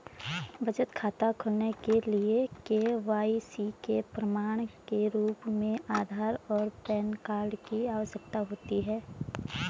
बचत खाता खोलने के लिए के.वाई.सी के प्रमाण के रूप में आधार और पैन कार्ड की आवश्यकता होती है